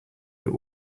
but